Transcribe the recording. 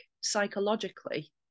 psychologically